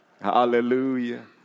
Hallelujah